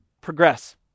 progress